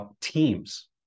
Teams